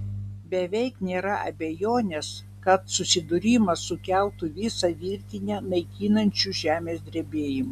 beveik nėra abejonės kad susidūrimas sukeltų visą virtinę naikinančių žemės drebėjimų